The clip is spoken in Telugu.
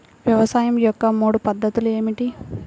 వ్యవసాయం యొక్క మూడు పద్ధతులు ఏమిటి?